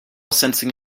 sensing